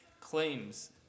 claims